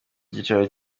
cyicaro